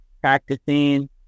practicing